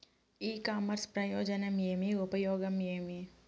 ఇ commerce ప్రయోజనం ఏమి? ఉపయోగం ఏమి?